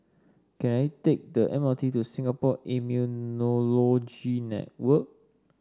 can I take the M R T to Singapore Immunology Network